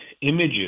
images